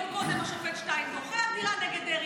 יום קודם לכן, השופט שטיין דחה עתירה נגד דרעי.